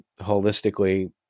holistically